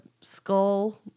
skull